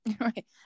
Right